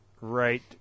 right